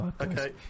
Okay